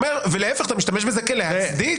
ולהפך, אתה משתמש בזה להצדיק.